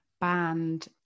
band